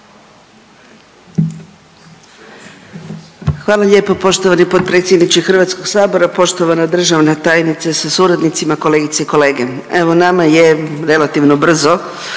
Hvala lijepo. Poštovani potpredsjedniče HS-a, poštovana državna tajnice sa suradnicima, kolegice i kolege. Evo nama je relativno brzo